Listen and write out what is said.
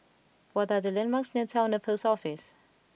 what are the landmarks near Towner Post Office